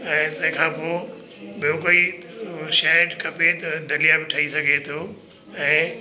ऐं तंहिं खां पोइ ॿियों कोई शइ खपे त दलिया बि ठही सघे थो ऐं